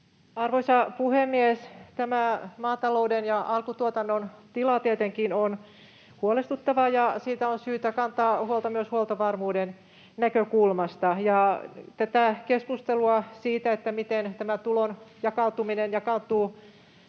Arvoisa puhemies! Tämä maatalouden ja alkutuotannon tila tietenkin on huolestuttava, ja siitä on syytä kantaa huolta myös huoltovarmuuden näkökulmasta. Keskustelua siitä, miten tämä tulon jakautuminen jakautuu